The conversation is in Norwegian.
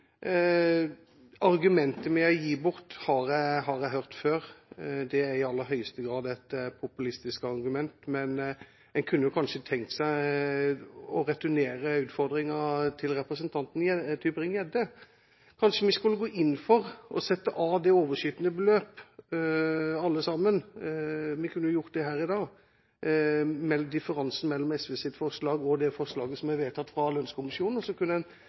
Argumentet med å gi bort har jeg hørt før. Det er i aller høyeste grad et populistisk argument. Men en kunne kanskje tenkt seg å returnere utfordringen til representanten Tybring-Gjedde. Kanskje vi alle sammen skulle gå inn for å sette av det overskytende beløpet – vi kunne jo gjort det her i dag – altså differensen mellom SVs forslag og det forslaget som er vedtatt av lønnskommisjonen, og så kunne en